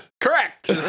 Correct